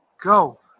Go